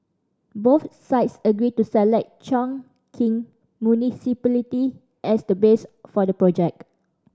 both sides agreed to select Chongqing Municipality as the base for the project